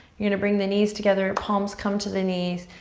you're gonna bring the knees together, palms come to the knees.